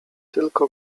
tylko